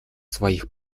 своих